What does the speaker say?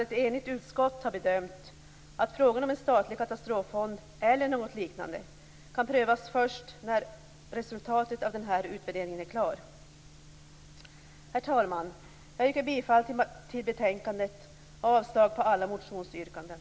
Ett enigt utskott har bedömt att frågan om en statlig katastroffond eller något liknande kan prövas först när resultatet av utvärderingen är klar. Herr talman! Jag yrkar bifall till hemställan i betänkandet och avslag på alla motionsyrkanden.